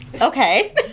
Okay